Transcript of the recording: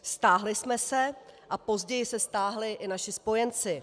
Stáhli jsme se a později se stáhli i naši spojenci.